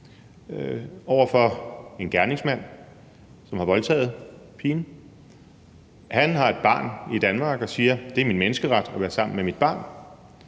over for en gerningsmand, som har voldtaget pigen, og gerningsmanden har et barn i Danmark og siger, at det er hans menneskeret at være sammen med sit barn